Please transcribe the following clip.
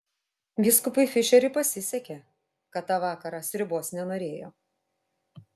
vyskupui fišeriui pasisekė kad tą vakarą sriubos nenorėjo